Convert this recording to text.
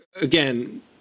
again